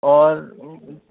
اور